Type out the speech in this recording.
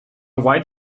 white